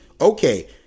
okay